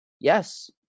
Yes